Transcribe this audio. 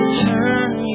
Turn